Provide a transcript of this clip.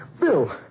Bill